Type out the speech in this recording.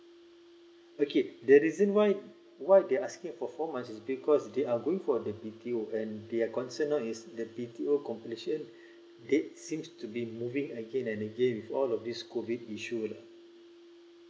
okay the reason why why they asking for four months is because they are going for the B_T_O and their concern now is the B_T_O completion is seems to be moving again and again with all this COVID issue lah